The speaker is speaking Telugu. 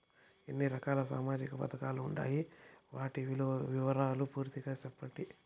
ఎన్ని రకాల సామాజిక పథకాలు ఉండాయి? వాటి వివరాలు పూర్తిగా సెప్పండి?